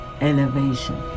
elevation